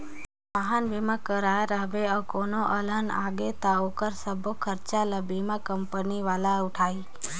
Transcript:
वाहन बीमा कराए रहिबे अउ कोनो अलहन आगे त ओखर सबो खरचा ल बीमा कंपनी वाला हर उठाही